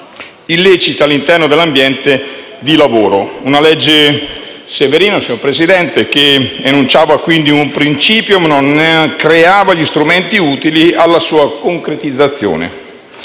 illeciti all'interno dell'ambiente di lavoro. La legge Severino enunciava un principio, ma non creava gli strumenti utili alla sua concretizzazione.